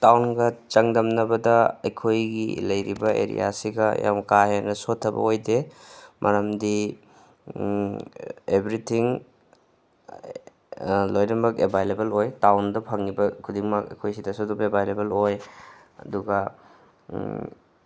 ꯇꯥꯎꯟꯒ ꯆꯥꯡꯗꯝꯅꯕꯗ ꯑꯩꯈꯣꯏꯒꯤ ꯂꯩꯔꯤꯕ ꯑꯦꯔꯤꯌꯥꯁꯤꯒ ꯌꯥꯝ ꯀꯥ ꯍꯦꯟꯅ ꯁꯣꯠꯊꯕ ꯑꯣꯏꯗꯦ ꯃꯔꯝꯗꯤ ꯑꯦꯚ꯭ꯔꯤꯊꯤꯡ ꯂꯣꯏꯅꯃꯛ ꯑꯦꯚꯥꯏꯂꯦꯕꯜ ꯑꯣꯏ ꯇꯥꯎꯟꯗ ꯐꯪꯉꯤꯕ ꯈꯨꯗꯤꯡꯃꯛ ꯑꯩꯈꯣꯏ ꯁꯤꯗꯁꯨ ꯑꯗꯨꯝ ꯑꯦꯚꯥꯏꯂꯦꯕꯜ ꯑꯣꯏ ꯑꯗꯨꯒ